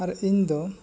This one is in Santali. ᱟᱨ ᱤᱧ ᱫᱚ